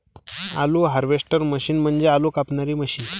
आलू harvester machine म्हणजे आलू कापणारी मशीन